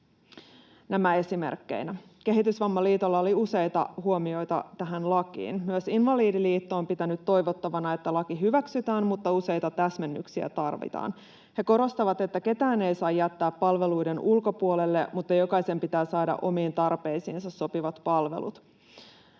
Nämä esimerkkeinä. Kehitysvammaliitolla oli useita huomioita tähän lakiin. Myös Invalidiliitto on pitänyt toivottavana, että laki hyväksytään, mutta useita täsmennyksiä tarvitaan. He korostavat, että ketään ei saa jättää palveluiden ulkopuolelle ja jokaisen pitää saada omiin tarpeisiinsa sopivat palvelut.